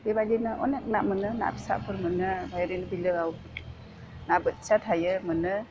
बेबायदिनो अनेक ना मोनो ना फिसाफोर मोनो ओरैनो बिलोआव ना बोथिया थायो मोनो